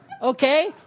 Okay